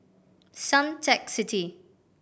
Suntec City